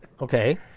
Okay